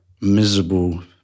miserable